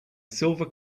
silver